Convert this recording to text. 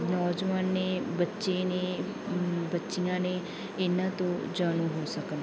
ਨੌਜਵਾਨ ਨੇ ਬੱਚੇ ਨੇ ਬੱਚੀਆਂ ਨੇ ਇਹਨਾਂ ਤੋਂ ਜਾਣੂ ਹੋ ਸਕਣ